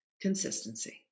consistency